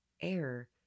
air